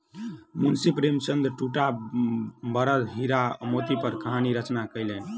मुंशी प्रेमचंदक दूटा बड़द हीरा आ मोती पर कहानी रचना कयलैन